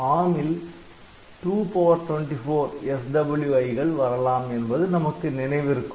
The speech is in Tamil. ARM ல் 224 SWI கள் வரலாம் என்பது நமக்கு நினைவிருக்கும்